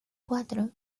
cuatro